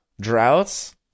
Droughts